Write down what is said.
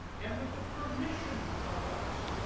and with the permission of us.